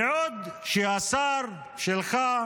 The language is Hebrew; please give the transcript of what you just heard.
בעוד השר שלך,